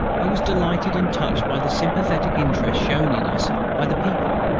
i was delighted and touched by the sympathetic interest shown in us by the people.